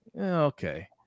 okay